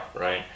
right